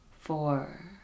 four